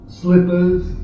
slippers